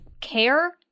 care